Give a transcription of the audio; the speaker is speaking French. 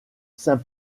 saint